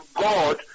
God